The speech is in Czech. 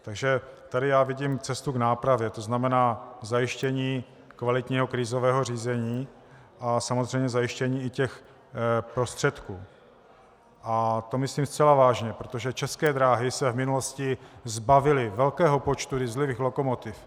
Takže tady já vidím cestu k nápravě, to znamená v zajištění kvalitního krizového řízení a samozřejmě zajištění i těch prostředků, a to myslím zcela vážně, protože České dráhy se v minulosti zbavily velkého počtu dieselových lokomotiv.